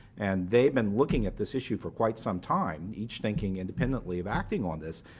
and they've been looking at this issue for quite some time, each thinking independently of acting on this.